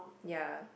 ya